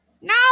No